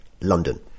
London